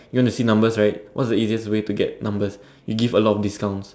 you want to see numbers right what's the easiest way to get numbers you give a lot of discounts